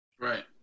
Right